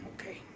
okay